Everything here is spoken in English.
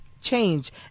change